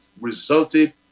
resulted